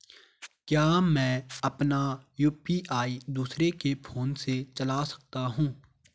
क्या मैं अपना यु.पी.आई दूसरे के फोन से चला सकता हूँ?